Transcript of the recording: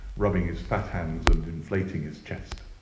rubbing his fat hands and inflating his chest.